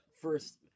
first